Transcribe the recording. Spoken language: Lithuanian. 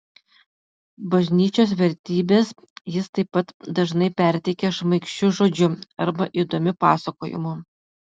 bažnyčios vertybes jis taip pat dažnai perteikia šmaikščiu žodžiu arba įdomiu pasakojimu